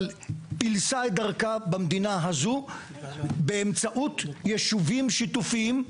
אבל פילסה את דרכה במדינה הזאת באמצעות יישובים שיתופיים,